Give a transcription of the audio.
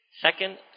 Second